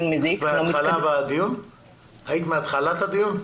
היית מהתחלת הדיון?